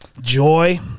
joy